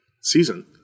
season